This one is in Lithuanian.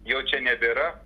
jo čia nebėra